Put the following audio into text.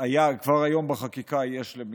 כבר היום בחקיקה זה ישנו,